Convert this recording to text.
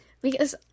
Because-